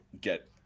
get